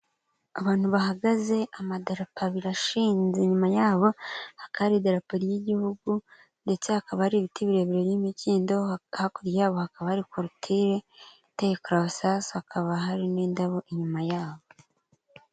Abantu bahagaze amadarapo abiri ashinze inyuma yabo, hakaba hari idarapo ry'igihugu ndetse hakaba hari ibiti birebire by'imikindo. Hakurya hakaba hari korotire iteye karabasasu, hakaba hari n'indabo inyuma yabo.